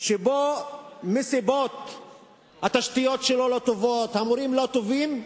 שבו התשתיות לא טובות, המורים לא טובים,